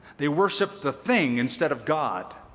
they worship the thing instead of god.